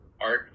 art